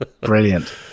Brilliant